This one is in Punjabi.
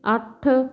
ਅੱਠ